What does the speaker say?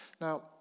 Now